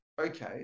okay